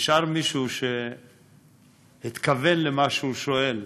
נשאר מישהו שהתכוון למה שהוא שואל.